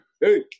hey